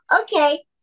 Okay